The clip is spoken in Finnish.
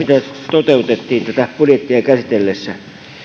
toteutettiin tätä budjettia käsitellessä